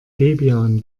debian